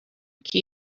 key